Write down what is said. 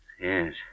Yes